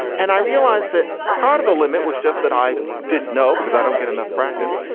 and i realize that part of the limit was just that. i didn't know because i don't get enough practice,